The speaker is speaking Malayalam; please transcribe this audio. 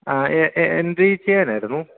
ആഹ് ആഹ് എന്ത് ചെയ്യാനായിരുന്നു